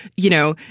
you know,